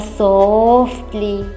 softly